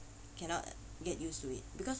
cannot get used to it because